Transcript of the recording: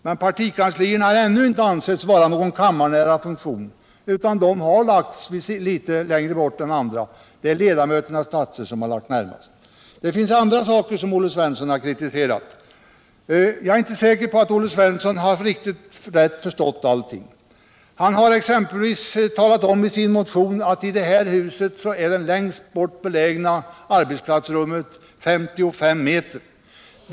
Men partikanslierna har än så länge inte ansetts ha någon kammarnära funktion, varför de förlagts litet längre bort. Det är ledamöternas platser som fått komma närmare. Det finns också andra saker som Olle Svensson kritiserat, men jag är inte riktigt säker på att han har förstått allting alldeles riktigt. I sin motion har han t.ex. sagt att de mest avlägsna arbetsplatserna i det här huset ligger på 55 m avstånd.